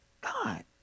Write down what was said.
God